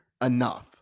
enough